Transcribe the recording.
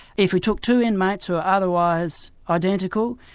if we took two inmates who were otherwise identical,